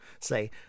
Say